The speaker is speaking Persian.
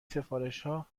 سفارشها